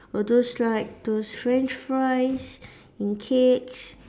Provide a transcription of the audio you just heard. or those like those French fries and cakes